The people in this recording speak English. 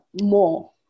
more